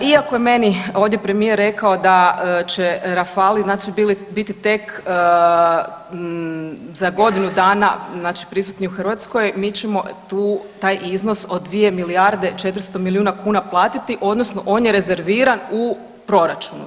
Iako je meni ovdje premijer rekao da će rafali znači biti tek za godinu dana znači prisutni u Hrvatskoj mi ćemo tu taj iznos od 2 milijarde 400 milijuna platiti odnosno on je rezerviran u proračunu.